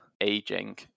aging